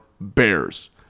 Bears